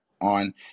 on